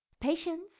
Patience